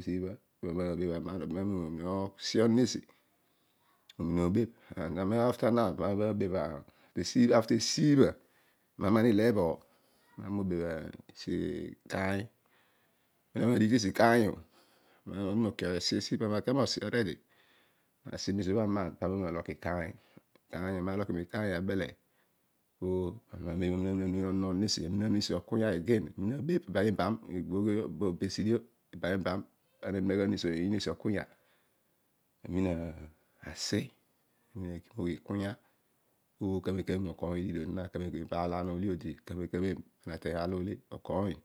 sibha after esiibha ami na man ileeboo pami nava mobebh esi ikaayi then ami na amam ikaiyo. ami na tu mo osi esibha. ami nasi aman. pami oloki ikaiy ami na loki mikaiy obho abele. pami omin onoon onon esi again olo ikunya. ogbogh yo ibam ibam. esi ikunya asi ikunya pokamem kamem okoiy osibhio zina kamem kamem pana aar lole odi kamem kamem pana ateiy aar lole. okoiy.